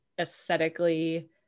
aesthetically